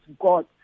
God